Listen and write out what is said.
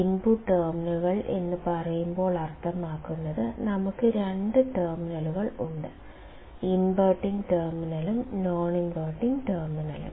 input ടെർമിനലുകൾ എന്ന് പറയുമ്പോൾ അർത്ഥമാക്കുന്നത് നമുക്ക് രണ്ട് ടെർമിനലുകൾ ഉണ്ട് ഇൻവെർട്ടിംഗ് ടെർമിനലും നോൺ ഇൻവെർട്ടിംഗ് ടെർമിനലും